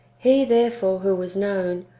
he, therefore, who was known,